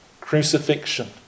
crucifixion